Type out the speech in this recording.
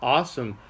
Awesome